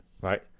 right